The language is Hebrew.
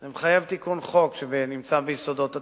זה מחייב תיקון חוק שנמצא ביסודות התקציב,